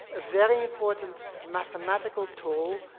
a very important mathematical tool,